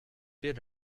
bit